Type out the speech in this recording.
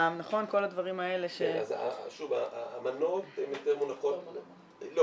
כל הדברים האלה ש- -- אמנות הן יותר מונחות --- לא,